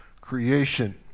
creation